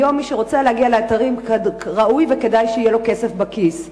היום מי שרוצה להגיע לאתרים ראוי וכדאי שיהיה לו כסף בכיס,